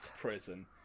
prison